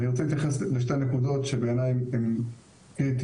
אני רוצה להתייחס לשתי נקודות שבעיניי הן קריטיות.